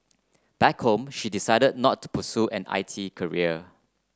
back home she decided not to pursue an I T career